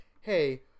hey